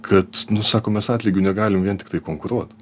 kad nu sako mes atlygiu negalim vien tiktai konkuruot